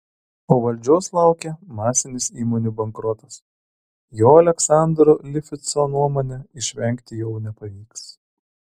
o valdžios laukia masinis įmonių bankrotas jo aleksandro lifšico nuomone išvengti jau nepavyks